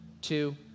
two